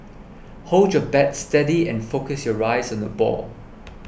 hold your bat steady and focus your eyes on the ball